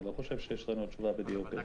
אני לא חושב שיש לנו תשובה בדיוק לזה.